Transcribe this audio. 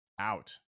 out